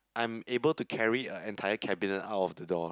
I'm able to carry a entire cabinet out of the door